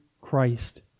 Christ